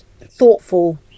thoughtful